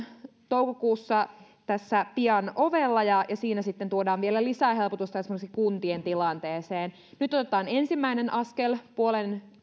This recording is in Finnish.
toukokuussa tässä pian ovella ja siinä sitten tuodaan vielä lisää helpotusta esimerkiksi kuntien tilanteeseen nyt otetaan ensimmäinen askel puolen